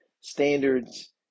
standards